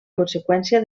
conseqüència